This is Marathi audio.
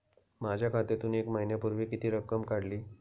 माझ्या खात्यातून एक महिन्यापूर्वी किती रक्कम काढली?